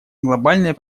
глобальной